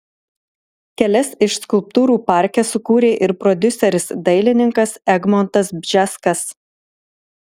kelias iš skulptūrų parke sukūrė ir prodiuseris dailininkas egmontas bžeskas